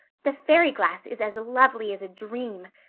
the fairy glass is as lovely as a dream.